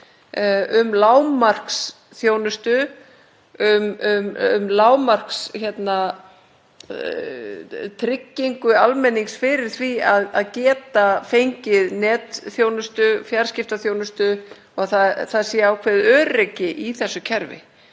um lágmarksþjónustu, um lágmarkstryggingu almennings fyrir því að geta fengið netþjónustu, fjarskiptaþjónustu, og að það sé ákveðið öryggi í þessu kerfi